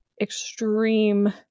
extreme